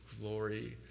glory